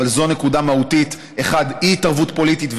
אבל זאת הנקודה המהותית: אי-התערבות פוליטית.